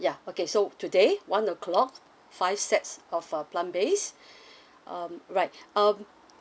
ya okay so today one o'clock five sets of uh plant based um right um